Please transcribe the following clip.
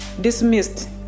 dismissed